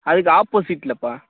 அதுக்கு ஆப்போசிட்டில்ப்பா